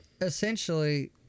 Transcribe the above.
essentially